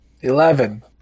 Eleven